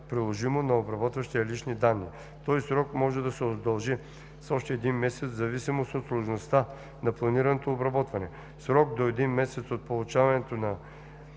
приложимо – на обработващия лични данни. Този срок може да се удължи с още един месец в зависимост от сложността на планираното обработване. В срок до един месец от получаването на